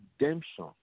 redemption